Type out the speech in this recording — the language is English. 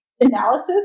analysis